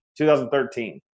2013